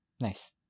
Nice